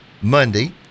Monday